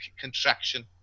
contraction